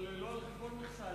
לא על חשבון המכסה.